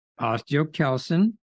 Osteocalcin